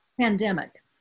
pandemic